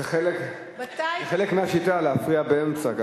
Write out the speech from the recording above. זה חלק מהשיטה, להפריע באמצע.